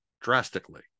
drastically